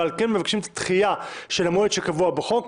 ועל כן מבקשים דחייה של המועד שקבוע בחוק,